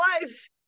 life